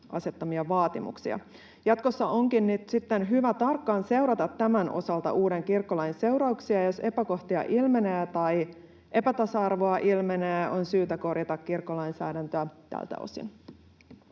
asettamia vaatimuksia. Jatkossa onkin nyt sitten hyvä tarkkaan seurata tämän osalta uuden kirkkolain seurauksia, ja jos epäkohtia ilmenee tai epätasa-arvoa ilmenee, on syytä korjata kirkkolainsäädäntöä tältä osin.